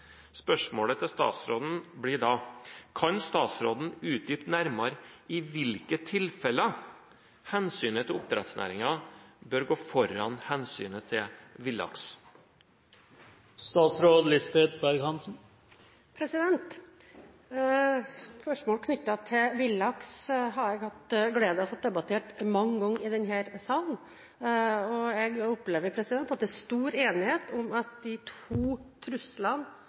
Spørsmålet til statsråden blir da: Kan statsråden utdype nærmere i hvilke tilfeller hensynet til oppdrettsnæringen bør gå foran hensynet til villaks? Spørsmål knyttet til villaks har jeg hatt gleden av å debattere mange ganger i denne salen. Jeg opplever at det er stor enighet om at de to truslene